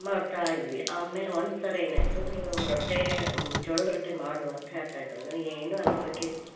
ಮಾಡ್ತಾ ಇದ್ವಿ ಆಮೇಲೆ ಒಂದ್ಸಲ ಏನಾಯಿತು ನೀವು ರೊಟ್ಟೆ ಜೋಳದ ರೊಟ್ಟೆ ಮಾಡು ಅಂತ ಹೇಳ್ತಾ ಇದ್ದರು ನನಗೇನು ಅದ್ರ ಬಗ್ಗೆ